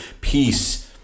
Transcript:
peace